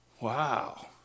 wow